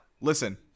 Listen